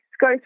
go